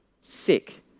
sick